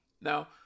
Now